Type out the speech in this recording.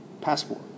passport